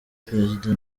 perezida